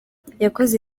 yakoze